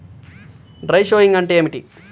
Dry sowing అంటే ఏమిటి?